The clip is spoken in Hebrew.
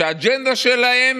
יודע שאתה איתי,